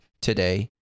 today